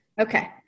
Okay